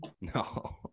No